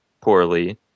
poorly